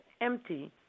empty